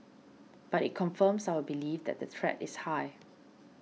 but it confirms our belief that the threat is high